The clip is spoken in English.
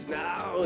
now